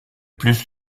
plus